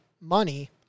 money